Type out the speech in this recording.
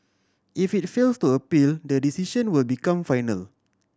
if it fails to appeal the decision will become final